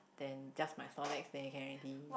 then just my Snorlax there can already